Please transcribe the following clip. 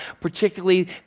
particularly